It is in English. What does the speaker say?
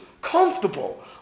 comfortable